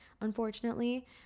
unfortunately